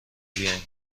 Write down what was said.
بیاین